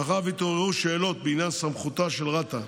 מאחר שהתעוררו שאלות בעניין סמכותה של רת"א